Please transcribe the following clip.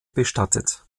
bestattet